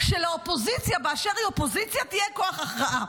כאשר לאופוזיציה באשר היא אופוזיציה יהיה כוח הכרעה.